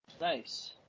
nice